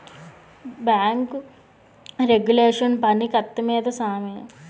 bank regulation పని కత్తి మీద సామే